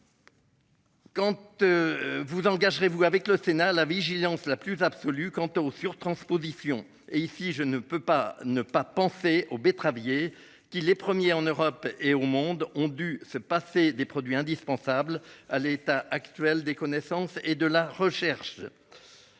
Quand. Vous engage vous avec le Sénat, la vigilance la plus absolue quant aux surtransposition et ici je ne peux pas ne pas penser aux betteraviers, qui les premiers en Europe et au monde ont dû se passer des produits indispensables à l'état actuel des connaissances et de la recherche.